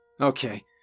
Okay